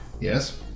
Yes